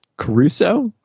caruso